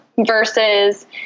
versus